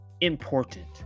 important